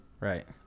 Right